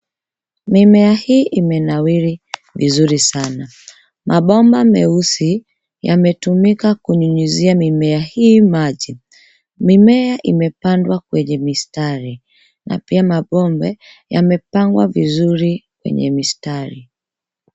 Mimea hii imenawiri vizuri sana, mapomba meusi yametumika kunyunyizia mimea hii maji, mimea imepandwa kwenye mistari na pia mambombe yamepangwa vizuri kwenye mistari.